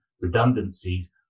redundancies